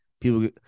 People